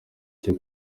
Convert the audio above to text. cyo